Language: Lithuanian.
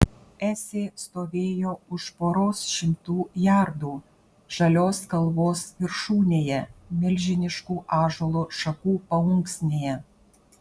esė stovėjo už poros šimtų jardų žalios kalvos viršūnėje milžiniškų ąžuolo šakų paunksnėje